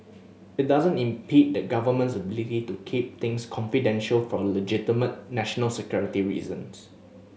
it doesn't impede the Government's ability to keep things confidential for legitimate national security reasons